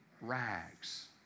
rags